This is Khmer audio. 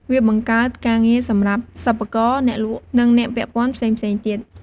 វាបង្កើតការងារសម្រាប់សិប្បករ អ្នកលក់ និងអ្នកពាក់ព័ន្ធផ្សេងៗទៀត។